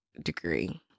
degree